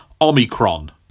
Omicron